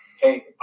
hey